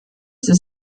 sie